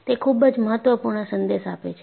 તે ખૂબ જ મહત્વપૂર્ણ સંદેશ આપે છે